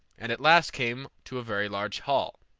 and at last came to a very large hall,